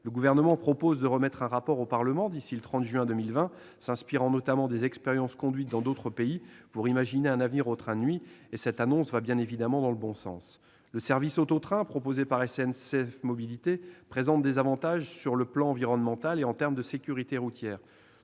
Le Gouvernement propose de remettre un rapport au Parlement d'ici au 30 juin 2020, en s'inspirant notamment des expériences conduites dans d'autres pays pour imaginer un avenir aux trains de nuit. Cette annonce va bien entendu dans le bon sens. Le service auto-train, proposé par SNCF Mobilités, présente des avantages sur le plan environnemental et en termes de sécurité routière.